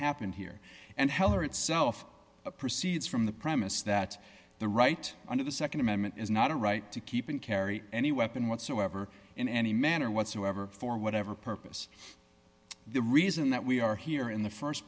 happened here and heller itself proceeds from the premise that the right under the nd amendment is not a right to keep in carry any weapon whatsoever in any manner whatsoever for whatever purpose the reason that we are here in the